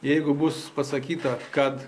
jeigu bus pasakyta kad